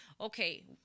okay